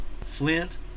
flint